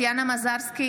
טטיאנה מזרסקי,